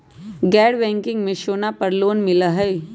गैर बैंकिंग में सोना पर लोन मिलहई?